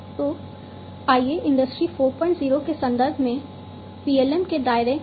तो आइए इंडस्ट्री 40 के संदर्भ में PLM के दायरे की बात करें